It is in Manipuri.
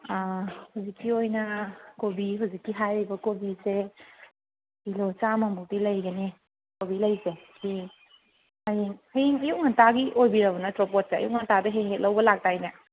ꯑꯥ ꯍꯧꯖꯤꯛꯀꯤ ꯑꯣꯏꯅ ꯀꯣꯕꯤ ꯍꯧꯖꯤꯛꯀꯤ ꯍꯥꯏꯔꯤꯕ ꯀꯣꯕꯤꯁꯦ ꯀꯤꯂꯣ ꯆꯥꯝꯃꯃꯨꯛꯇꯤ ꯂꯩꯒꯅꯤ ꯀꯣꯕꯤ ꯂꯩꯁꯦ ꯁꯤ ꯍꯌꯦꯡ ꯍꯌꯦꯡ ꯑꯌꯨꯛ ꯉꯟꯇꯥꯒꯤ ꯑꯣꯏꯕꯤꯔꯕ ꯅꯠꯇ꯭ꯔꯣ ꯄꯣꯠꯁꯦ ꯑꯌꯨꯛ ꯉꯟꯇꯥꯗ ꯍꯦꯛ ꯍꯦꯛ ꯂꯧꯕ ꯂꯥꯛꯇꯥꯏꯅꯦ